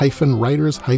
Writers